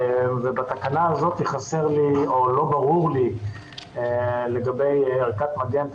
בתקנה הזאת לא ברור לי לגבי ערכת מגן.